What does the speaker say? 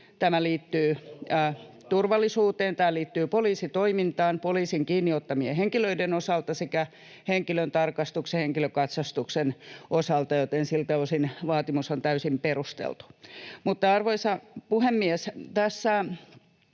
tämä liittyy turvallisuuteen, tämä liittyy poliisitoimintaan poliisin kiinni ottamien henkilöiden osalta sekä henkilötarkastukseen henkilökatsastuksen osalta, joten siltä osin vaatimus on täysin perusteltu. Arvoisa puhemies! Tässä